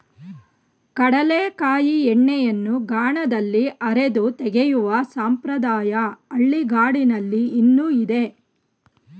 ಕಡಲೆಕಾಯಿ ಎಣ್ಣೆಯನ್ನು ಗಾಣದಲ್ಲಿ ಅರೆದು ತೆಗೆಯುವ ಸಂಪ್ರದಾಯ ಹಳ್ಳಿಗಾಡಿನಲ್ಲಿ ಇನ್ನೂ ಇದೆ